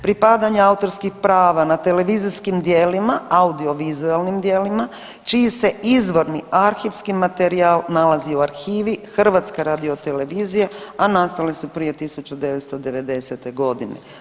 pripadanja autorskih prava na televizijskim djelima, audiovizualnim dijelima čiji se izvorni arhivski materijal nalazi u arhivi HRT-a, a nastali su prije 1990. godine.